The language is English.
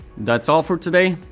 that's all for today.